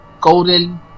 Golden